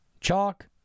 chalk